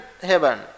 heaven